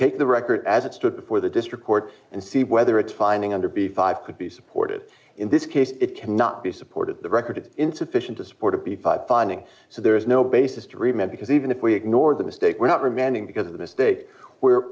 take the record as it stood before the district court and see whether it's finding under b five could be supported in this case it cannot be supported the record insufficient to support a b five finding so there is no basis to remember because even if we ignore the mistake we're not remanding because of the mistake we're